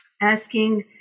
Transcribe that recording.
asking